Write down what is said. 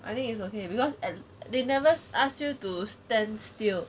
I think it's okay because and they never asked you to stand still